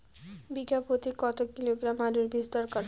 বিঘা প্রতি কত কিলোগ্রাম আলুর বীজ দরকার?